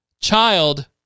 Child